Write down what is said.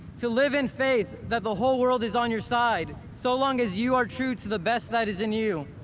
to live in faith that the whole world is on your side, so long as you are true to the best that is in you.